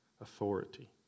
Authority